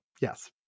yes